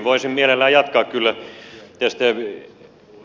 voisin mielelläni jatkaa kyllä tästä